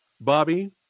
Bobby